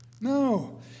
no